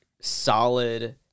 solid